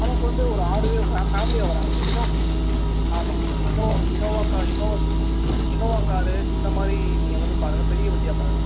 நமக்கு வந்து ஒரு ஆறு பேர் ஃபேமிலியாக வராங்க சார் இனோவா ஆமாங்க sir Innova Innova car Innova Innova car இந்த மாதிரி நீங்கள் வந்து பாருங்கள் பெரிய வண்டியாக பாருங்கள்